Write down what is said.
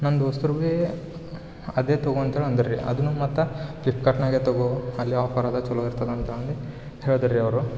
ನನ್ನ ದೋಸ್ತರು ಬೀ ಅದೇ ತಗೋ ಅಂತೇಳಿ ಅಂದರು ರೀ ಅದನ್ನಾ ಮತ್ತು ಫ್ಲಿಪ್ಕಾರ್ಟ್ನಾಗೇ ತಗೋ ಅಲ್ಲಿ ಆಫರ್ ಅದ ಚಲೋ ಇರ್ತದಾ ಅಂತ ಅಂದು ಹೇಳಿದರು ರೀ ಅವರು